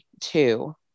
two